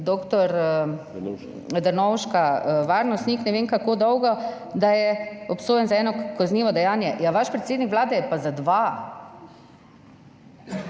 dr. Drnovška varnostnik ne vem kako dolgo, da je obsojen za eno kaznivo dejanje. Ja, vaš predsednik Vlade je pa za dva,